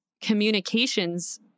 communications